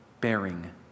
Bearing